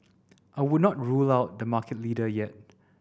I would not rule out the market leader yet